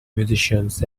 musicians